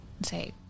say